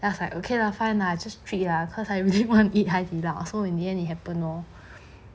I was like okay lah fine lah I just treat lah cause I really want to eat 海底捞 so in the end it happen lor